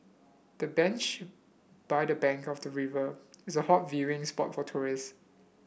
the bench by the bank of the river is a hot viewing spot for tourists